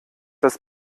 das